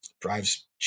drives